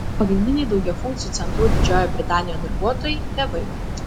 pagrindiniai daugiafunkcių centrų didžiojoje britanijoje darbuotojai tėvai